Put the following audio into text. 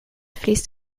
fließt